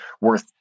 worth